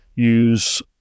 use